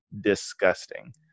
disgusting